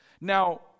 Now